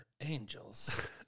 angels